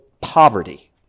poverty